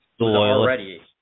already